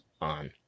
on